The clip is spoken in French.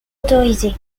autorisé